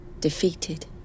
defeated